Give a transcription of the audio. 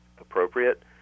appropriate